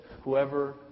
whoever